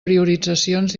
prioritzacions